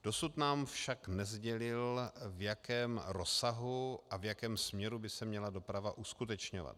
Dosud nám však nesdělil, v jakém rozsahu a v jakém směru by se měla doprava uskutečňovat.